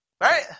Right